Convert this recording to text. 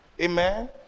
Amen